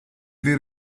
vie